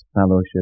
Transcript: fellowship